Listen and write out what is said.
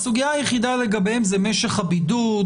והסוגיה היחידה לגביהם זה משך הבידוד,